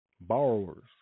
borrowers